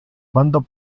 quando